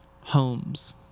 homes